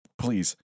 Please